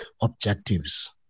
objectives